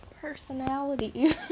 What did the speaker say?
personality